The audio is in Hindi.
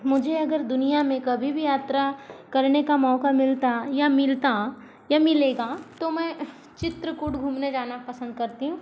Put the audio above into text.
मुझे अगर दुनिया में कभी भी यात्रा करने का मौका मिलता या मिलता या मिलेगा तो मैं चित्रकूट घूमने जाना पसंद करती हूँ